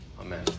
Amen